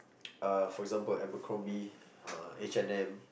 uh for example Abercrombie uh H-and-M